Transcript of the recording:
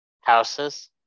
houses